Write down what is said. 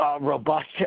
robust